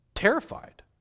terrified